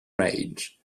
range